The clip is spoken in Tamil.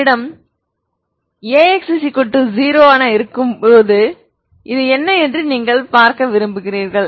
உங்களிடம் AX 0 இருக்கும்போது இது என்ன என்று நீங்கள் பார்க்க விரும்புகிறீர்கள்